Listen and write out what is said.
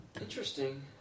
interesting